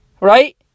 right